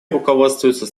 руководствуются